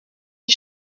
die